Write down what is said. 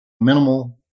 minimal